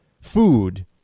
food